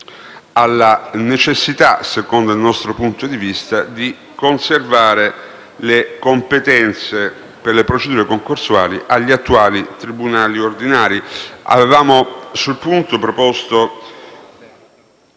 alla necessità, secondo il nostro punto di vista, di conservare le competenze per le procedure concorsuali agli attuali tribunali ordinari. Sul punto avevamo